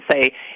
say